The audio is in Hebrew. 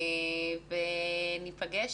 וניפגש